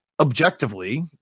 objectively